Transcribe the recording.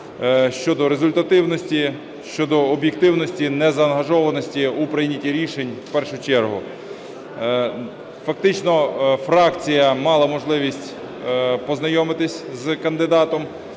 щодо результативності, щодо об'єктивності, незаангажованості у прийнятті рішень в першу чергу. Фактично фракція мала можливість познайомитись з кандидатом,